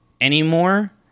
anymore